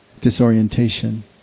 disorientation